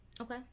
Okay